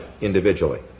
individually